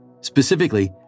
Specifically